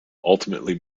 ultimately